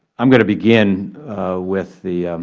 i am going to begin with the